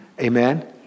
Amen